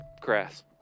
grass